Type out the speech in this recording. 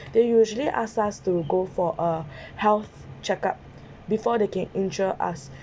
they usually ask us to go for a health checkup before they can insure us